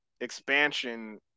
expansion